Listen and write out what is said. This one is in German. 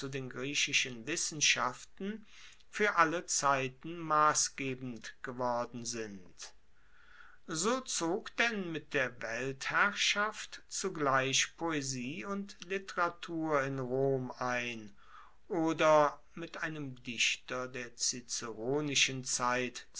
den griechischen wissenschaften fuer alle zeiten massgebend geworden sind so zog denn mit der weltherrschaft zugleich poesie und literatur in rom ein oder mit einem dichter der ciceronischen zeit